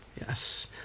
Yes